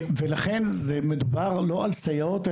מדובר לא על סייעות,